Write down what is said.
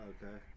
Okay